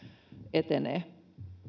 etenee